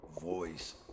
voice